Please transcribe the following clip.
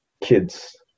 kids